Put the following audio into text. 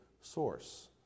source